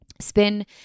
Spin